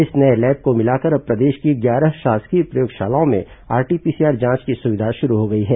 इस नये लैब को मिलाकर अब प्रदेश की ग्यारह शासकीय प्रयोगशालाओं में आरटीपीसीआर जांच की सुविधा उपलब्ध हो गई है